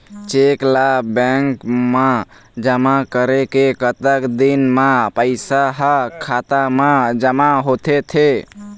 Cheque ला bank मा जमा करे के कतक दिन मा पैसा हा खाता मा जमा होथे थे?